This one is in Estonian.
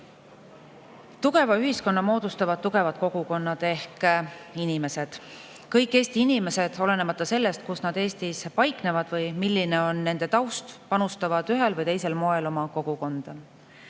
Tugeva ühiskonna moodustavad tugevad kogukonnad ehk inimesed. Kõik Eesti inimesed, olenemata sellest, kus nad Eestis paiknevad või milline on nende taust, panustavad ühel või teisel moel oma kogukonda,